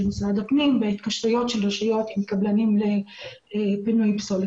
משרד הפנים בהתקשרויות של רשויות עם קבלנים לפינוי פסולת,